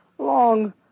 Long